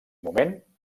moment